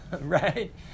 right